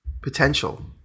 potential